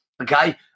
Okay